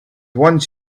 once